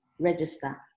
register